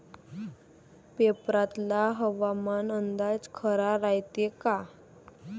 पेपरातला हवामान अंदाज खरा रायते का?